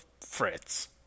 fritz